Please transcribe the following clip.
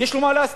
יש לו מה להסתיר.